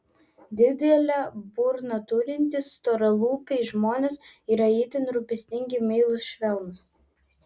didelę burną turintys storalūpiai žmonės yra itin rūpestingi meilūs švelnūs